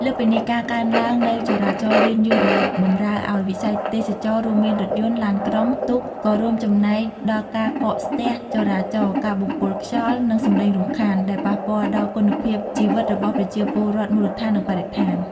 លើសពីនេះ ការកើនឡើងនូវចរាចរណ៍យានយន្តដែលបម្រើឱ្យវិស័យទេសចរណ៍ រួមមាន រថយន្ត ឡានក្រុង ទូក ក៏រួមចំណែកដល់ការកកស្ទះចរាចរណ៍ ការបំពុលខ្យល់ និងសំឡេងរំខាន ដែលប៉ះពាល់ដល់គុណភាពជីវិតរបស់ប្រជាពលរដ្ឋមូលដ្ឋាន និងបរិស្ថាន។